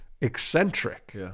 eccentric